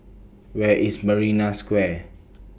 Where IS Marina Square